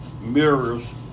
Mirrors